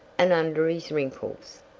and under his wrinkles.